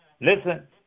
Listen